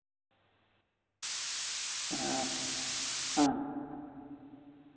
ᱦᱮᱸ ᱢᱟᱱᱮ ᱫᱟᱜ ᱥᱮᱡ ᱦᱚᱸ ᱛᱷᱚᱲᱟ ᱮᱴᱠᱮᱴᱚᱬᱮ ᱦᱩᱭᱩᱜ ᱠᱟᱱᱟ ᱦᱮᱸ ᱚᱱᱟᱠᱚ ᱦᱩᱭᱩᱜ ᱠᱟᱱᱟ